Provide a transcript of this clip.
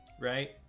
right